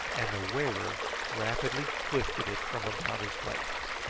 and the wearer rapidly twisted it from about his waist.